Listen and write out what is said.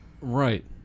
Right